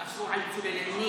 אסרו על הצוללנים,